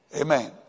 Amen